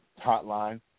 hotline